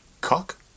Cock